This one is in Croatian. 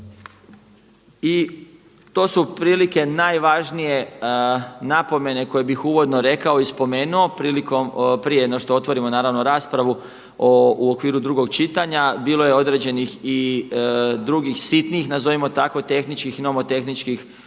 I to su otprilike najvažnije napomene koje bih uvodno rekao i spomenuo, prije nego što otvorimo raspravu u okviru drugog čitanja bilo je određenih i drugih sitnih, nazovimo ih tako, tehničkih i nomotehničkih